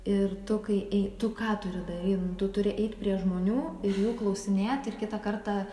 ir tu kai ei tu ką turi daryt nu tu tur eiti prie žmonių ir jų klausinėt ir kitą kartą